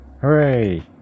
hooray